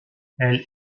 elle